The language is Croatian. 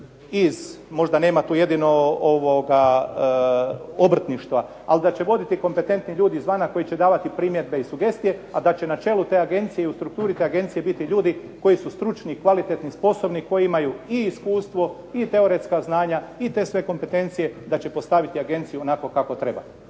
iz, možda nema tu jedino ovoga obrtništva, ali da će voditi kompetentni ljudi izvana koji će davati primjedbe i sugestije, a da će na čelu te agencije i u strukturi te agencije biti ljudi koji su stručni, kvalitetni, sposobni, koji imaju i iskustvo i teoretska znanja i te sve kompetencije da će postaviti agenciju onako kako treba.